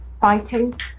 fighting